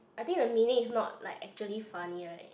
I think the meaning is not like actually funny right